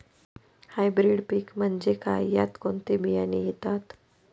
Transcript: Hybrid पीक म्हणजे काय? यात कोणते बियाणे येतात?